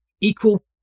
equal